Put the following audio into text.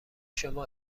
شما